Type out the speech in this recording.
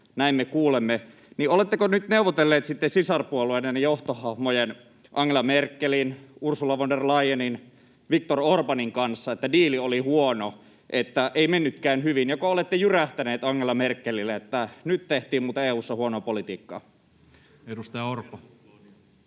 näin me kuulemme, niin oletteko nyt todenneet sitten sisarpuolueidenne johtohahmojen Angela Merkelin, Ursula von der Leyenin ja Viktor Orbánin kanssa, että diili oli huono, että ei mennytkään hyvin? Joko olette jyrähtäneet Angela Merkelille, että nyt tehtiin muuten EU:ssa huonoa politiikkaa? [Speech 171]